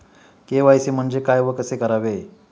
KYC म्हणजे काय व कसे करावे?